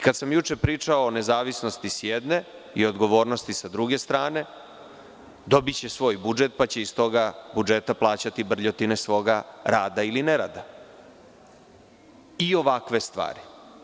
Kad sam juče pričao o nezavisnosti, s jedne, i odgovornosti, s druge strane, dobiće svoj budžet pa će iz tog budžeta plaćati brljotine svoga rada ili nerada i ovakve stvari.